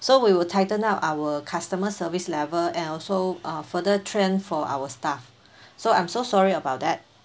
so we will tighten up our customer service level and also uh further train for our staff so I'm so sorry about that